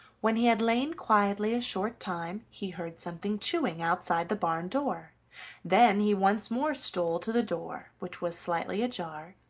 when he had lain quietly a short time, he heard something chewing outside the barn door then he once more stole to the door, which was slightly ajar,